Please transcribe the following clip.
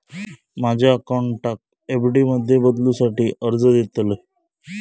माझ्या अकाउंटाक एफ.डी मध्ये बदलुसाठी अर्ज देतलय